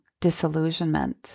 disillusionment